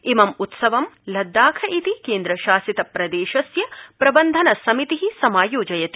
इमम् उत्सवम् लद्दाख इति केन्द्रशासित प्रदेशस्य प्रबन्धन समिति समायोजयति